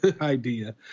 idea